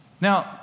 Now